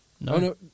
No